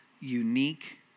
unique